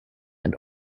and